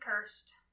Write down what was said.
cursed